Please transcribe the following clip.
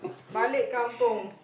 balik kampung